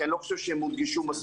כי אני לא חושב שהם הודגשו מספיק.